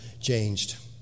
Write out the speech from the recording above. changed